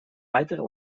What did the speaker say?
weiterer